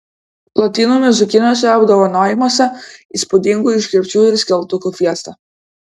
lotynų muzikiniuose apdovanojimuose įspūdingų iškirpčių ir skeltukų fiesta